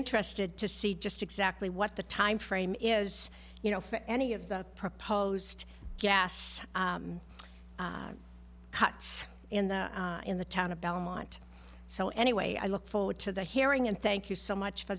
interested to see just exactly what the timeframe is you know for any of the proposed gas cuts in the in the town of bellemont so anyway i look forward to the hearing and thank you so much for